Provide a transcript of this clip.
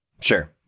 Sure